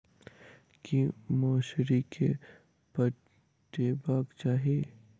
की मौसरी केँ पटेबाक चाहि?